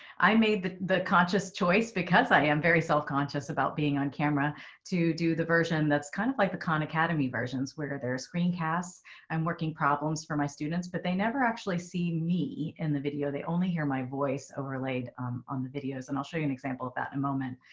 i made the the conscious choice because i am very self-conscious about being on camera to do the version. that's kind of like the khan academy versions where there are screen casts and working problems for my students, but they never actually see me in the video. they only hear my voice overlaid on the videos. and i'll show you an example of that in a moment.